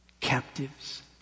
captives